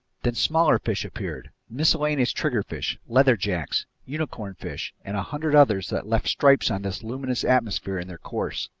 then smaller fish appeared miscellaneous triggerfish, leather jacks, unicornfish, and a hundred others that left stripes on this luminous atmosphere in their course.